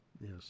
Yes